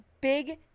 Big